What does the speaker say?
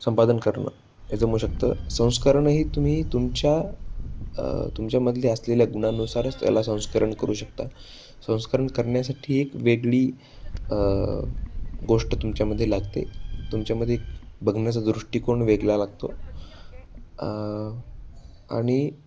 संपादन करणं हे जमू शकतं संस्करणही तुम्ही तुमच्या तुमच्यामधले असलेल्या गुणानुसारच त्याला संस्करण करू शकता संस्करण करण्यासाठी एक वेगळी गोष्ट तुमच्यामध्ये लागते तुमच्यामध्ये एक बघण्याचा दृष्टिकोण वेगळा लागतो आणि